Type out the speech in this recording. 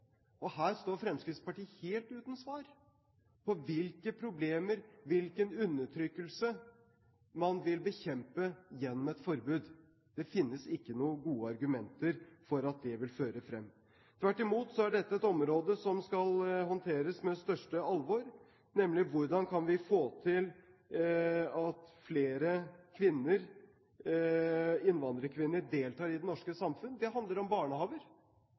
Her står Fremskrittspartiet helt uten svar på hvilke problemer, hvilken undertrykkelse, man vil bekjempe gjennom et forbud. Det finnes ikke noen gode argumenter for at det vil føre frem. Tvert imot er dette et område som skal håndteres med største alvor, nemlig hvordan kan vi få til at flere innvandrerkvinner deltar i det norske samfunn? Det handler om barnehager,